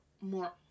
more